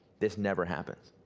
this never happens.